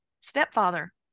stepfather